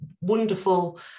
wonderful